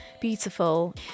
beautiful